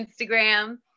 Instagram